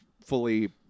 fully